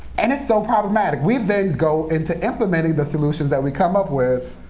and it's so problematic. we then go in to implementing the solutions that we come up with,